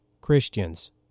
Christians